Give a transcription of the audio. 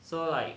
so like